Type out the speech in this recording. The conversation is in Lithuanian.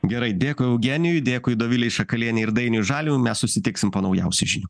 gerai dėkui eugenijui dėkui dovilei šakalienei ir dainiui žalimui mes susitiksim po naujausių žinių